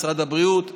משרד הבריאות,